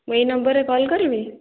ମୁଁ ଏହି ନମ୍ବର୍ରେ କଲ୍ କରିବି